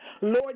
Lord